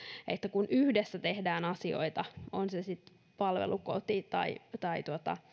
kun yhdessä tehdään asioita on se sitten palvelukoti tai tai